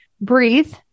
breathe